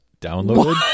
downloaded